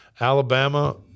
Alabama